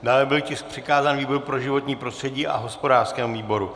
Dále byl tisk přikázán výboru pro životní prostředí a hospodářskému výboru.